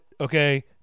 okay